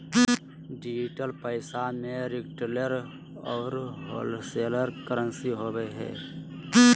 digital पैसा में retailer औरो होलसेलर करंसी होवो हइ